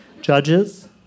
Judges